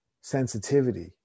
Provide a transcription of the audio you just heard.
sensitivity